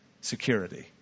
security